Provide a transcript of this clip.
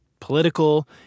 political